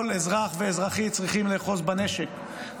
כל אזרח ואזרחית צריכים לאחוז בנשק,